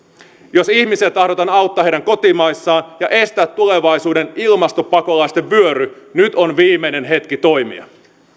jos ihmisiä tahdotaan auttaa heidän kotimaissaan ja estää tulevaisuuden ilmastopakolaisten vyöry nyt on viimeinen hetki toimia